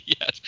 Yes